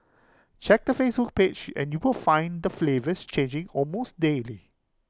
check their Facebook page and you will find the flavours changing almost daily